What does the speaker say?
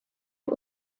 nhw